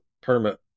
permit